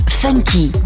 funky